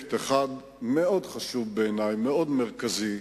פרויקט אחד, שהוא מאוד חשוב בעיני, מאוד מרכזי,